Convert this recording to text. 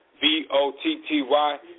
V-O-T-T-Y